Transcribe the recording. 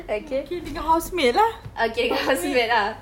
mungkin tinggal house mate lah house mate